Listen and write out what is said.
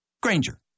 Granger